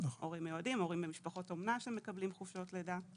הורים למשפחות אומנה שמקבלים חופשות לידה.